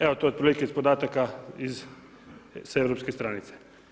Evo to je otprilike od podataka iz, s europske stranice.